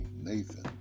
Nathan